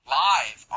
live